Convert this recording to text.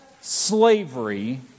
slavery